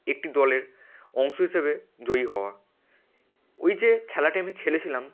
একটি দলের অংশ হিসেবে জয়ী হওয়া ওই যে খেলাটি আমি খেলেছিলাম